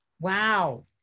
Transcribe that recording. Wow